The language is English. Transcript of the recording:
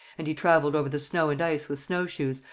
and he travelled over the snow and ice with snowshoes,